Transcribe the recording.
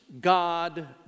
God